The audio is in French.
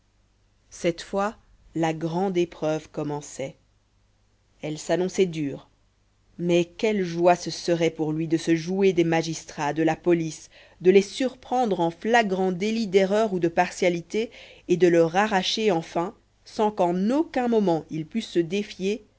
cette fois la grande épreuve commençait elle s'annonçait dure mais quelle joie ce serait pour lui de se jouer des magistrats de la police de les surprendre en flagrant délit d'erreur ou de partialité et de leur arracher enfin sans qu'en aucun moment ils pussent se défier